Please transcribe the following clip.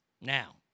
Now